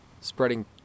spreading